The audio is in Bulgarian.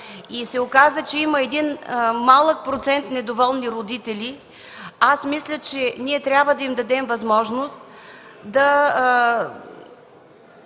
и се оказа, че има малък процент недоволни родители, мисля, че ние трябва да им дадем възможност да